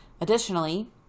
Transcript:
Additionally